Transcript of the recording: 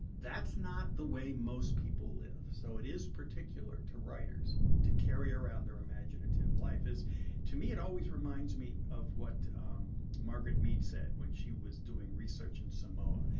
that's not the way most people live. so, it is particular to writers to carry around their imaginative life. to me, it always reminds me of what margaret mead said when she was doing research in samoa.